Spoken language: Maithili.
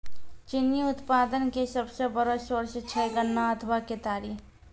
चीनी उत्पादन के सबसो बड़ो सोर्स छै गन्ना अथवा केतारी